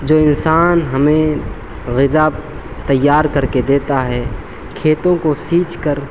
جو انسان ہمیں غذا تیار کر کے دیتا ہے کھیتوں کو سینچ کر